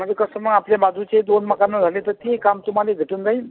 नाही कसं मग आपल्या बाजूचे दोन मकान झाले आहेत तेही काम तुम्हाला भेटून जाईल